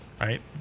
Right